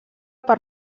per